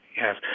Yes